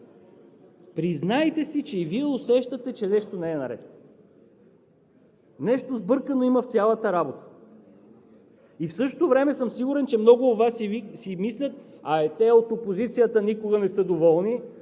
Признайте си, че и Вие усещате, че нещо не е наред. Нещо сбъркано има в цялата работа. И в същото време съм сигурен, че много от Вас си мислят: абе, тези от опозицията никога не са доволни,